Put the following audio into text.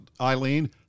Eileen